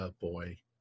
boy